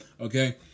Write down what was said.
okay